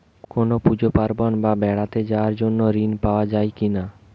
কোনো পুজো পার্বণ বা বেড়াতে যাওয়ার জন্য ঋণ পাওয়া যায় কিনা?